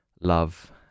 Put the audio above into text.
love